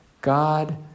God